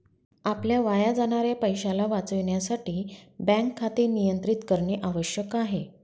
आपल्या वाया जाणाऱ्या पैशाला वाचविण्यासाठी बँक खाते नियंत्रित करणे आवश्यक आहे